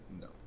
No